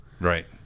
Right